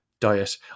Diet